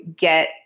get